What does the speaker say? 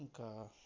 ఇంకా